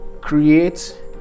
create